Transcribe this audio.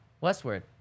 Westward